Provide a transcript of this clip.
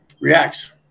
reacts